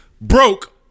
broke